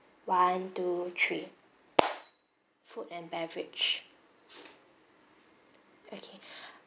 one two three food and beverage okay